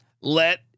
let